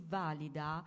valida